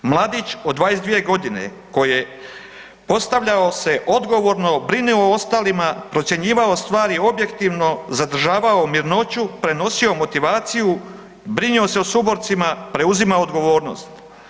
Mladić od 22.g. koji je postavljao se odgovorno, brinuo o ostalima, procjenjivao stvari objektivno, zadržavao mirnoću, prenosio motivaciju, brinuo se o suborcima i preuzimao odgovornost.